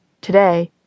Today